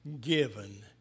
given